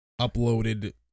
uploaded